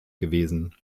gewesen